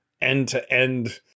end-to-end